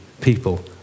people